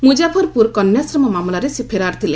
ମୁକଫରପୁର କନ୍ୟାଶ୍ରମ ମାମଲାରେ ସେ ଫେରାର୍ ଥିଲେ